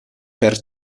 per